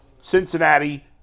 Cincinnati